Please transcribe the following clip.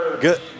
Good